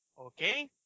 Okay